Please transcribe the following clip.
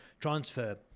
transfer